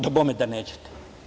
Dabome da nećete.